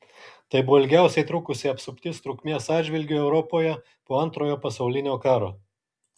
tai buvo ilgiausiai trukusi apsuptis trukmės atžvilgiu europoje po antrojo pasaulinio karo